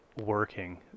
working